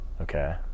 Okay